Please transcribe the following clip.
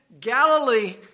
Galilee